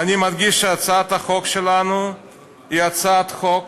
ואני מדגיש: הצעת החוק שלנו היא הצעת חוק